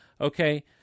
Okay